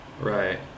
right